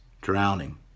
drowning